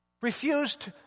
Refused